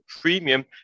premium